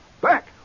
back